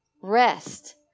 rest